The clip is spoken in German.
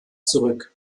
zurück